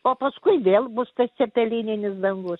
o paskui vėl bus tas cepelinis dangus